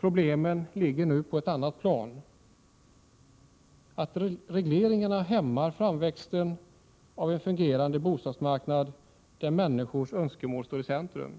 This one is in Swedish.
Problemen ligger nu på ett annat plan: regleringarna hämmar framväxten av en fungerande bostadsmarknad där människors önskemål står i centrum.